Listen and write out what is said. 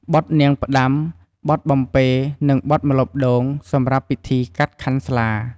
បទនាងផ្ដាំ បទបំពេរនិងបទម្លប់ដូង សម្រាប់ពិធីកាត់ខាន់ស្លា ។